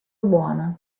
buona